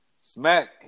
Smack